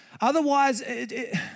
Otherwise